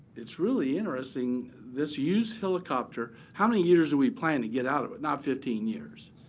it's really interesting, this used helicopter, how many years are we planning to get out of it? not fifteen years.